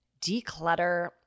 declutter